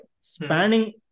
spanning